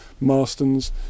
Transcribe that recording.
Marston's